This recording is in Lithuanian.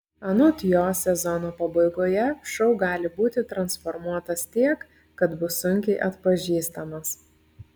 anot jo sezono pabaigoje šou gali būti transformuotas tiek kad bus sunkiai atpažįstamas